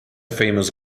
famous